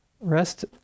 Rest